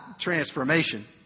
transformation